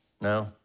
No